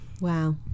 Wow